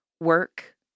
work